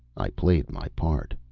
i played my part.